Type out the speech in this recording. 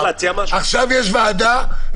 עכשיו יש דיון בוועדה,